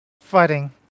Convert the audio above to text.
fighting